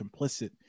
complicit